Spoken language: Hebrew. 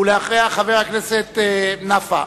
ואחריה, חבר הכנסת נפאע.